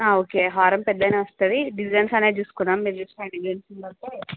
okay హారం పెద్దగానే వస్తది డిజైన్ అనేది చూసుకున్నాం మీరు చూసుకున్న డిజైన్స్ని బట్టే